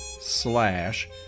slash